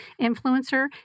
influencer